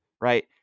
right